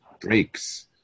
breaks